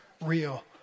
real